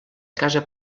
casa